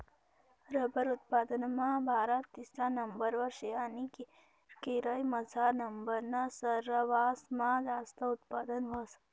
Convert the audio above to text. rubber उत्पादनमा भारत तिसरा नंबरवर शे आणि केरयमझार रबरनं सरवासमा जास्त उत्पादन व्हस